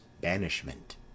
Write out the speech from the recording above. banishment